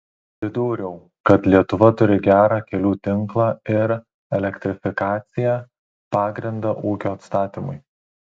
pridūriau kad lietuva turi gerą kelių tinklą ir elektrifikaciją pagrindą ūkio atstatymui